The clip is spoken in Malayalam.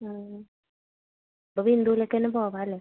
ആ അപ്പോൾ ബിന്ദുവിലേക്ക് തന്നെ പോവാം അല്ലേ